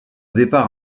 départ